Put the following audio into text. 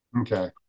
Okay